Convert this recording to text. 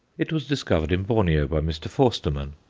it was discovered in borneo by mr. forstermann,